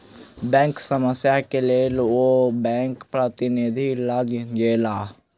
bank समस्या के लेल ओ बैंक प्रतिनिधि लग गेला